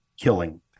killing